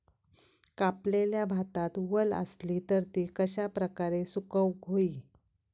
कापलेल्या भातात वल आसली तर ती कश्या प्रकारे सुकौक होई?